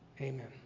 Amen